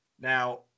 Now